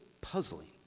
puzzling